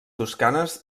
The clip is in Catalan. toscanes